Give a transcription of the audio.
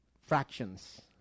fractions